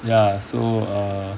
ya so err